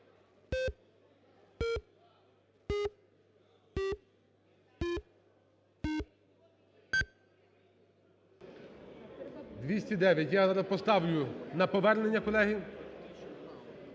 зараз поставлю на повернення, колеги.